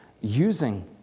using